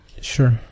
Sure